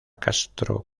castro